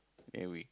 and we